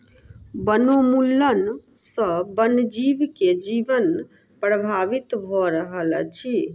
वनोन्मूलन सॅ वन जीव के जीवन प्रभावित भ रहल अछि